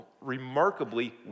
remarkably